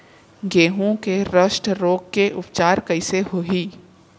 गेहूँ के रस्ट रोग के उपचार कइसे होही?